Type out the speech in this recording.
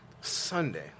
Sunday